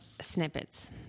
snippets